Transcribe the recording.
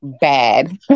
bad